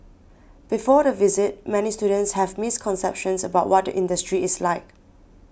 before the visit many students have misconceptions about what the industry is like